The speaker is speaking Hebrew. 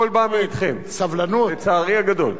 הכול בא מאתכם, לצערי הגדול.